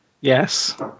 Yes